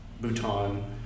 Bhutan